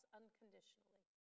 unconditionally